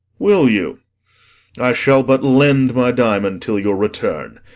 will you? i shall but lend my diamond till your return.